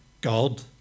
God